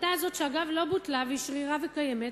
החלטה זו, שאגב לא בוטלה והיא שרירה וקיימת,